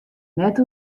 net